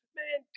man